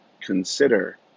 consider